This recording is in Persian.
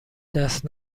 دست